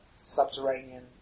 subterranean